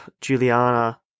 Juliana